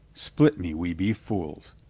split me, we be fools.